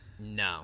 No